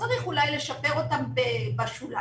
צריך אולי לשפר אותם בשוליים.